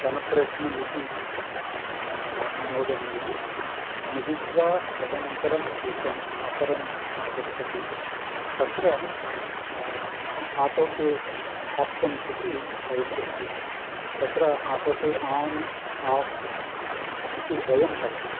धनप्रेषणम् इति नोदनीयं नुदित्वा तदनन्तरम् एकम् अपरम् आगच्छति तत्र आटो पे आप्षन्स् इति भविष्यन्ति तत्र आटो पे आन् आफ् इति द्वयं भवति